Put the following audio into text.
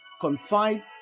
confide